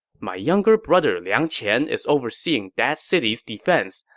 my younger brother liang qian is overseeing that city's defense.